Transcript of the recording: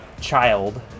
child